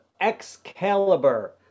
*Excalibur*